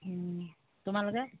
তোমালোকে